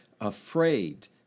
afraid